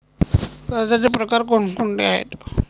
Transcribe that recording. कर्जाचे प्रकार कोणकोणते आहेत?